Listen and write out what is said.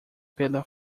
pela